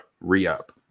re-up